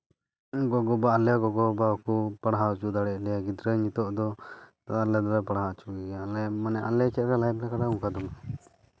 ᱜᱚᱜᱚᱼᱵᱟᱵᱟ ᱟᱞᱮ ᱜᱚᱜᱚ ᱵᱟᱵᱟ ᱠᱚ ᱯᱟᱲᱦᱟᱣ ᱦᱚᱪᱚ ᱫᱟᱲᱮᱭᱟᱜ ᱞᱮᱭᱟ ᱜᱤᱫᱽᱨᱟᱹ ᱱᱤᱛᱚᱜ ᱫᱚ ᱟᱞᱮ ᱫᱚ ᱯᱟᱲᱦᱟᱣ ᱦᱚᱪᱚ ᱠᱚᱜᱮᱭᱟ ᱟᱞᱮ ᱢᱟᱱᱮ ᱟᱞᱮ ᱪᱮᱫᱠᱟ ᱞᱮ ᱛᱟᱦᱮᱸ ᱠᱟᱱᱟ ᱚᱱᱠᱟ ᱫᱚ ᱵᱟᱝ